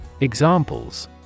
Examples